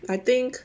I think